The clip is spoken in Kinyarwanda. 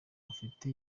bafite